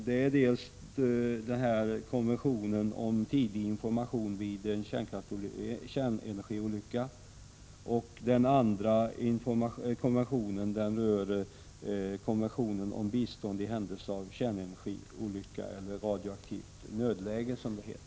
Den ena är konventionen om tidig information vid en kärnenergiolycka, och den andra gäller bistånd i händelse av kärnenergiolycka eller radioaktivt nödläge som det heter.